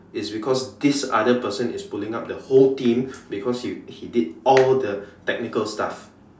is because this other person is pulling up the whole team because he he did all the technical stuff